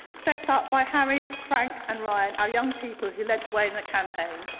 set up by harry, frank and ryan, our young people who led the way in the campaign.